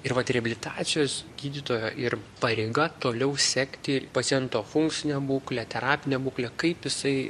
ir vat reabilitacijos gydytojo ir pareiga toliau sekti paciento funkcinę būklę terapinę būklę kaip jisai